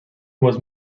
was